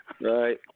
Right